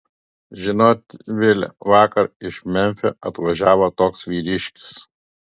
žinot vile vakar iš memfio atvažiavo toks vyriškis